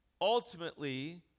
Ultimately